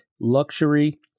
luxury